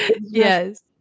yes